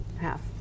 half